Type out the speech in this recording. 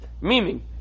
Meaning